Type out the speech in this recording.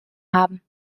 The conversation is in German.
haben